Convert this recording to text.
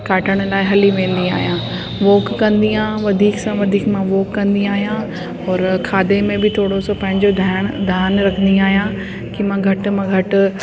काटण लाइ हली वेंदी आहियां उहो कंदी आहियां वधीक सां वधीक मां वॉक कंदी आहियां और खाधे में बि थोरो सो पंहिंजो ध्याण ध्यानु रखंदी आहियां की मां घटि मां घटि